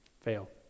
Fail